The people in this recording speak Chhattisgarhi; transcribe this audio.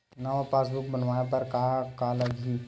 नवा पासबुक बनवाय बर का का लगही?